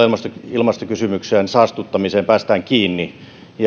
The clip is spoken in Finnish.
ilmastokysymykseen saastuttamiseen päästään kiinni